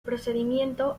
procedimiento